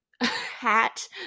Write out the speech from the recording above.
hat